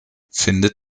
findet